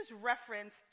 reference